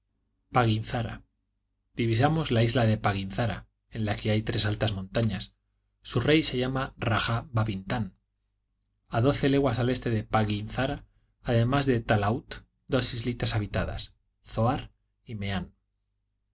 paghinzara divisamos la isla de pa zara en la que hay tres altas montañas su rey se llama raja babintan a doce leguas al este de paghinzara además de talaut dos islitas habitadas zoar y mean